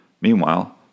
Meanwhile